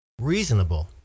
reasonable